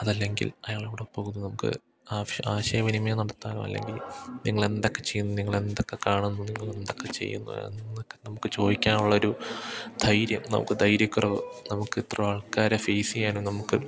അതല്ലെങ്കിൽ അയാളെ കൂടെ പോകുന്ന നമുക്ക് ആശയവിനിമയം നടത്താനോ അല്ലെങ്കിൽ നിങ്ങളെ എന്തൊക്കെ ചെയ്യുന്നു നിങ്ങളെന്തൊക്കെ കാണുന്നു നിങ്ങളെന്തൊക്കെ ചെയ്യുന്നു എന്നൊക്കെ നമുക്ക് ചോയിക്കാനുള്ള ഒരു ധൈര്യം നമുക്ക് ധൈര്യക്കുറവ് നമുക്കിത്രയും ആൾക്കാരെ ഫേസ് ചെയ്യാനും നമുക്ക്